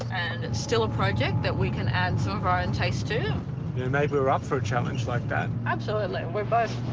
and it's still a project that we can add some of our own and taste to. and maybe we're up for a challenge like that. absolutely. we're but